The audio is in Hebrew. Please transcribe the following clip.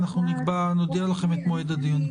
נקבע ונודיע לכם את מועד הדיון.